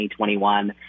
2021